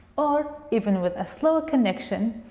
or even with a slow connection,